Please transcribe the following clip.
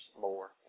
more